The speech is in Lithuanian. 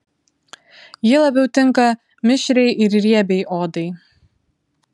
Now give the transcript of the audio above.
ji labiau tinka mišriai ir riebiai odai